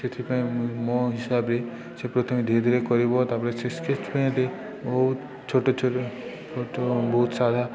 ସେଥିପାଇଁ ମୋ ହିସାବରେ ସେ ପ୍ରଥମେ ଧୀରେ ଧୀରେ କରିବ ତାପରେ ସ୍କେଚ୍ ପେନ୍ରେ ବହୁତ ଛୋଟ ଛୋଟ ବହୁତ ସାଧା